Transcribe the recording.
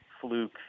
fluke